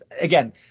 again